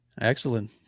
Excellent